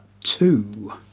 two